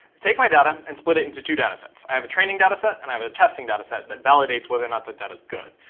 take my data and split it into two data sets. i have a training data, and i have a testing data set that validates whether or not that data's good.